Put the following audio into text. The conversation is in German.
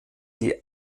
die